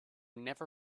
never